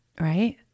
right